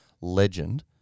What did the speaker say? legend